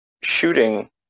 shooting